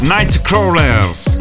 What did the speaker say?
Nightcrawlers